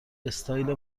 استایل